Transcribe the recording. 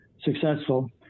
successful